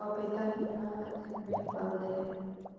पपीता कितना दिन मे फल दे हय?